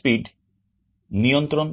speed নিয়ন্ত্রণ করতে পারবেন